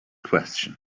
question